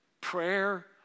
Prayer